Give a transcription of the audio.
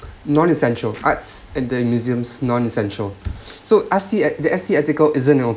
non essential arts and their museums non essential so S_T the S_T article isn't an